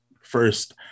first